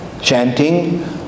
chanting